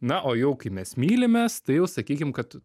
na o jau kai mes mylimės tai jau sakykim kad